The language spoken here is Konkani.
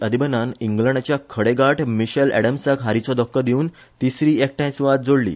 अधिबनान इंग्लडाच्या खडेगाठ मिशेल एडम्साक हारीचो धक्को दिवन तिसरी एकठाय सुवात जोडली